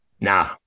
nah